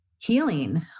Healing